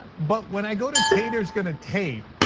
but when i go to taters gonna tate,